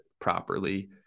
properly